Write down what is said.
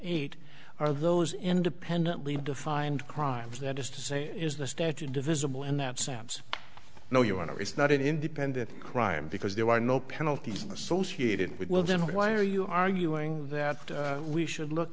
eight are those independently defined crimes that is to say is the statute divisible and that sounds you know you want to it's not an independent crime because there are no penalties associated with well then why are you arguing that we should look